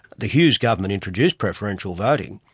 the hughes government introduced preferential voting,